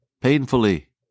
painfully